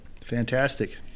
Fantastic